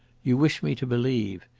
you wish me to believe.